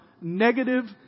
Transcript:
negative